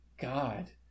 God